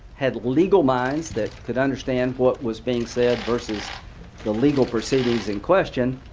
had legal minds that could understand what was being said versus the legal proceedings in question.